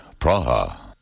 Praha